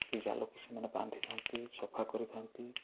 ସେଇ ଜାଲକୁ ସେମାନେ ବାନ୍ଧିଥାନ୍ତି ସଫାକରିଥାନ୍ତି